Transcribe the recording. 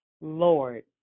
Lord